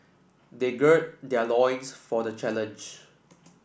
they gird their loins for the challenge